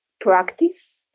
Practice